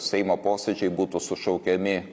seimo posėdžiai būtų sušaukiami